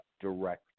direct